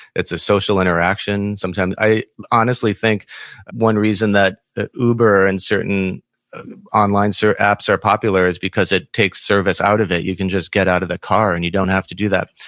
it's a social interaction sometimes. i honestly think one reason that uber and certain online search apps are popular is because it takes service out of it. you can just get out of the car and you don't have to do that.